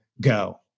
go